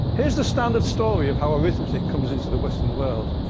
here's the standard story of how arithmetic comes into the western world.